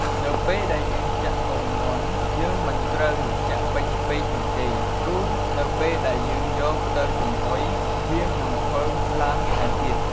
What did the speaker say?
នៅពេលដែលយើងចាក់ពងមាន់យើងមិនត្រូវចាក់ពេញពេកនោះទេ ព្រោះនៅពេលដែលយើងយកទៅចំហុយវានឹងផុលឡើងថែមទៀត។